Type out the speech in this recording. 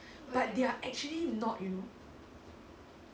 but they are actually not you know